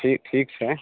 ठीक ठीक छै